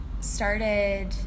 started